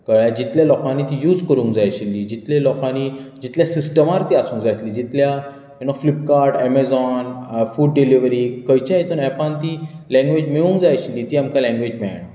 कळ्ळें जितलें लोकांनी ती यूज करूंक जाय आशिल्ली जितलें लोकांनी जितलें सिस्टमान ती आसूंक जाय आशिल्ली जितल्या you know Flipkart Amazon food delivery खंयचे हितूंत एपान ती लॅंगवेज मेळूंक जाय आशिल्ली ती आमकां लॅंगवेज मेळाना